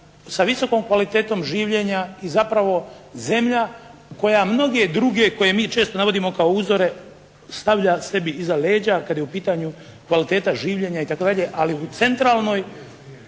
sa visokom kvalitetom življenja i zapravo zemlja koja mnoge druge i koje mi često navodimo kao uzore stavlja sebi iza leđa kada je u pitanju kvaliteta življenja itd. Ali u centralnoj